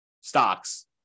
stocks